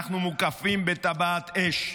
אנחנו מוקפים בטבעת אש.